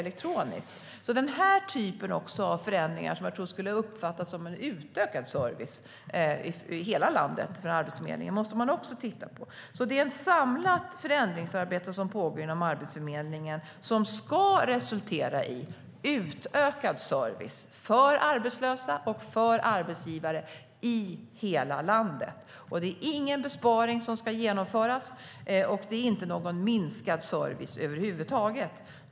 Denna typ av förändringar, som jag tror skulle uppfattas som en utökad service från Arbetsförmedlingen i hela landet, måste man också titta på. Det är alltså ett samlat förändringsarbete som pågår inom Arbetsförmedlingen som ska resultera i utökad service för arbetslösa och arbetsgivare i hela landet. Det är ingen besparing som ska genomföras, och det är inte någon minskad service över huvud taget.